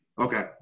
Okay